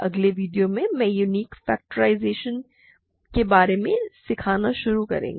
अगले वीडियो में हम यूनिक फेक्टराइज़शन डोमेन्स के बारे में सीखना शुरू करेंगे